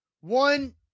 One